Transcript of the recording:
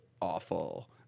awful